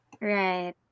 Right